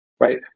right